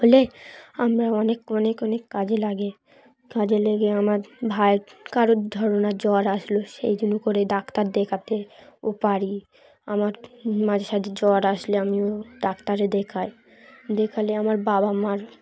হলে আমরা অনেক অনেক অনেক কাজে লাগে কাজে লেগে আমার ভাইয়ের কারোর ধর না জ্বর আসলো সেই জন্য করে ডাক্তার দেখাতেও পারি আমার মাঝে সাঝে জ্বর আসলে আমিও ডাক্তারে দেখাই দেখালে আমার বাবা মার